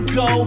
go